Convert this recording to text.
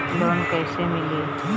Loan कइसे मिली?